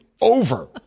over